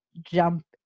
jump